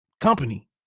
company